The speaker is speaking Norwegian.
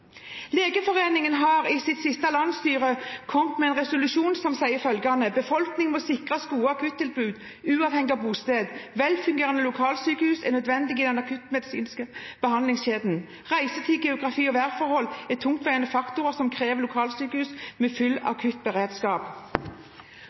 Legeforeningen kom i sitt siste landsstyremøte med en resolusjon som sier følgende: «Befolkningen må sikres gode akuttilbud uavhengig av bosted. Velfungerende lokalsykehus er nødvendige i den akuttmedisinske behandlingskjeden. Reisetid, geografi og værforhold er tungtveiende faktorer som krever lokalsykehus med full